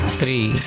three